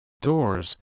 doors